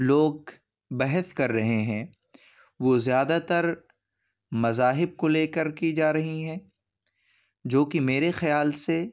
لوگ بحث کررہے ہیں وہ زیادہ تر مذاہب کو لے کر کی جا رہی ہیں جو کہ میرے خیال سے